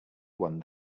one